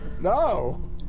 no